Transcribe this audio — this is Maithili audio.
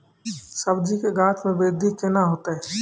सब्जी के गाछ मे बृद्धि कैना होतै?